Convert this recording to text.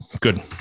Good